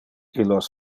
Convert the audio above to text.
illos